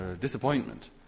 disappointment